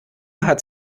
hat